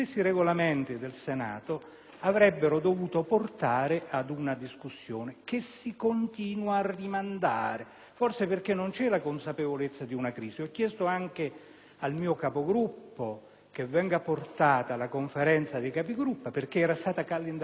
forse perché non c'è la consapevolezza di una crisi. Ho chiesto anche al mio Capogruppo che la questione venga portata alla Conferenza dei Capigruppo, perché era stata già calendarizzata. Più di una volta, abbiamo riproposto che venisse messa in discussione e ci auguriamo